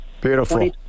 Beautiful